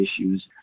issues